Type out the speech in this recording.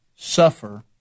Suffer